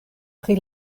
pri